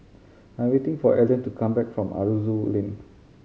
I am waiting for Elden to come back from Aroozoo Lane